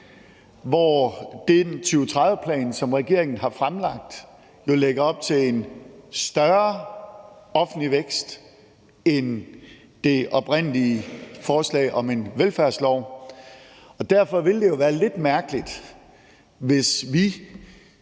fra. Den 2030-plan, som regeringen har fremlagt, lægger op til en større offentlig vækst end det oprindelige forslag om en velfærdslov. Derfor vil det jo være lidt mærkeligt, hvis vi